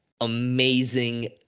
amazing